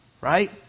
right